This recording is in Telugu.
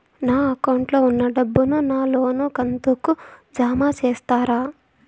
నా అకౌంట్ లో ఉన్న డబ్బును నా లోను కంతు కు జామ చేస్తారా?